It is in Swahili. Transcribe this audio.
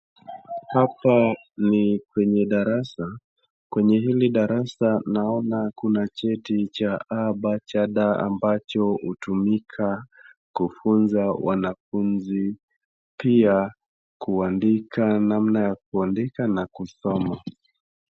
Hapa ni kwenye darasa, kwenye hili darasa naona kuna cheti cha a,b,c,d ambacho hutumika kufunza wanafunzi pia kuandika namna ya kuandika na kusoma.